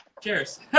Cheers